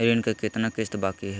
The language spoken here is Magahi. ऋण के कितना किस्त बाकी है?